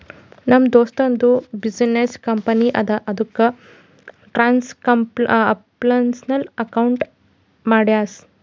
ನಮ್ ದೋಸ್ತದು business company ಅದಾ ಅದುಕ್ಕ ಟ್ರಾನ್ಸ್ಅಕ್ಷನಲ್ ಅಕೌಂಟ್ ಮಾಡ್ಸ್ಯಾನ್